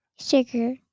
Sugar